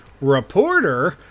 reporter